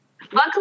Luckily